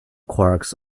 quarks